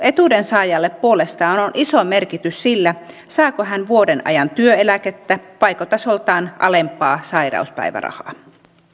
etuuden saajalle puolestaan on iso merkitys sillä saako hän vuoden ajan työeläkettä vaiko tasoltaan alempaa sairauspäivärahaa